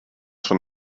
von